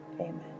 Amen